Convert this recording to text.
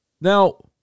Now